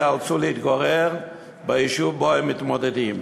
ייאלצו להתגורר ביישוב שבו הם מתמודדים.